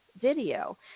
video